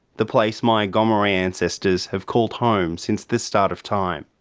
the place my gomeroi ancestors have called home since the start of time.